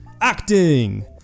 Acting